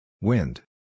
Wind